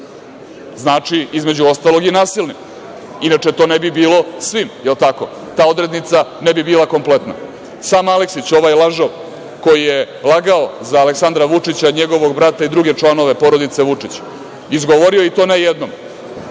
Znači, između ostalog i nasilne. Inače to ne bi bilo svim. Je li tako? Ta odrednica ne bi bila kompletna. Sam Aleksić, ovaj lažov koji je lagao za Aleksandra Vučića, njegovog brata i druge članove porodice Vučić izgovorio i to ne jednom